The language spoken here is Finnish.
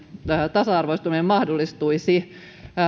tasa arvoistuminen mahdollistuisi